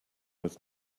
was